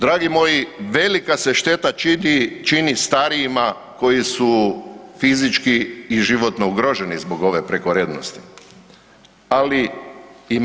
Dragi moji velika se šteta čini starijima koji su fizički i životno ugroženi zbog ove prekorednosti, ali i mladima.